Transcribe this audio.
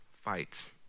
fights